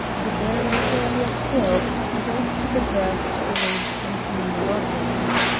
the baron was earlier still, and off to the burgh to arrange for his new lodgings.